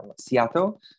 Seattle